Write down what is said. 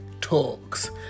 Talks